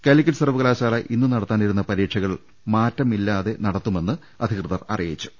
കാലിക്കറ്റ് സർവകലാശാല ഇന്നു നടത്താനിരുന്ന പരീക്ഷകൾ മാറ്റമില്ലാതെ നടത്തുമെന്ന് അധികൃതർ അറി യിച്ചു